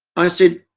i said,